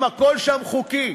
אחרי שהם חטפו